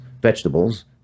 vegetables